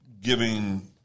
giving